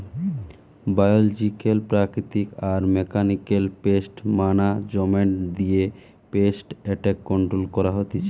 biological প্রাকৃতিক আর mechanical pest management দিয়ে পেস্ট এট্যাক কন্ট্রোল করা হতিছে